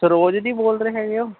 ਸਰੋਜ ਜੀ ਬੋਲ ਰਹੇ ਹੈਗੇ ਹੋ